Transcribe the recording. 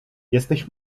jesteś